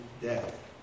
death